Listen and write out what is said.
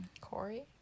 Corey